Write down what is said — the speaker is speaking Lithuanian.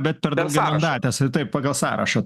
bet per daugimandates taip pagal sąrašą